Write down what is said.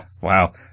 Wow